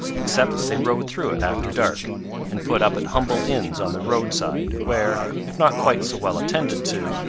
except they rode through it after dark and put up at humble inns on the roadside, where, if not quite so well attended to,